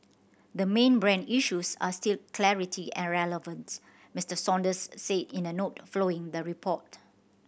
the main brand issues are still clarity and relevant Mister Saunders said in a note following the report